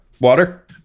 water